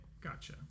gotcha